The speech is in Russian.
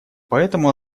поэтому